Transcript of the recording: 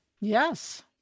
yes